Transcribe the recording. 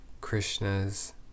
Krishna's